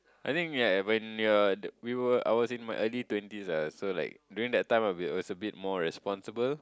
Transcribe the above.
I think uh when you are I was in my early twenties ah so like during that time I'll be also bit more responsible